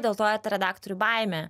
dėl to ir ta redaktorių baimė